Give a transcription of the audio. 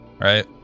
Right